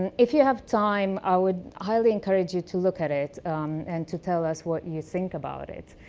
and if you have time, i would highly encourage you to look at it and to tell us what you think about it.